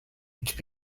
which